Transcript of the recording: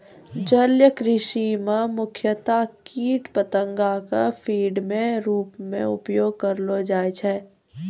जलीय कृषि मॅ मुख्यतया कीट पतंगा कॅ फीड के रूप मॅ उपयोग करलो जाय छै